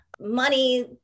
money